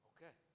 Okay